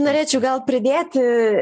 norėčiau gal pridėti